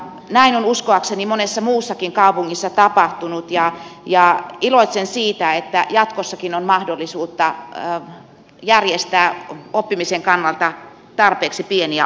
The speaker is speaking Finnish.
näin on uskoakseni monessa muussakin kaupungissa tapahtunut ja iloitsen siitä että jatkossakin on mahdollisuus järjestää oppimisen kannalta tarpeeksi pieniä oppilasryhmiä